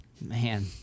Man